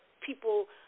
people